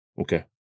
Okay